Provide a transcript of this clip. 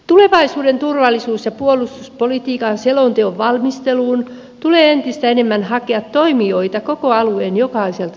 tulevaisuuden turvallisuus ja puolustuspolitiikan selonteon valmisteluun tulee entistä enemmän hakea toimijoita koko alueen jokaiselta sektorilta